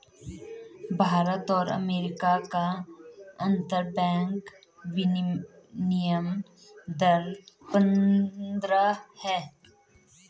भारत और अमेरिका का अंतरबैंक विनियम दर पचहत्तर है